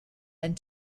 and